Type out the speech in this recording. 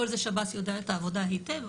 כל זה שב"ס יודע את העבודה היטב.